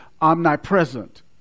omnipresent